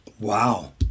Wow